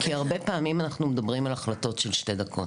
כי הרבה פעמים אנחנו מדברים על החלטות של שתי דקות.